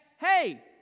hey